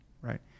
Right